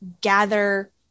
gather